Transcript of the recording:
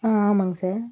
ஆ ஆமாங்க சார்